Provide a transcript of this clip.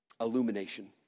illumination